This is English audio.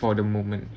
for the moment